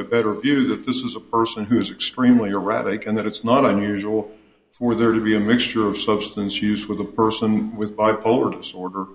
a better view that this is a person who is extremely erratic and that it's not unusual for there to be a mixture of substance use with a person with bipolar disorder